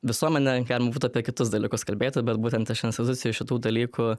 visuomenę galima būtų apie kitus dalykus kalbėta bet būtent iš institucijų šitų dalykų